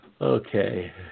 okay